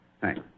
Thanks